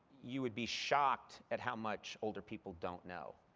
you would be shocked at how much older people don't know.